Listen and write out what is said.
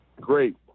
great